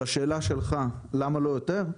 לשאלה שלך למה לא יותר?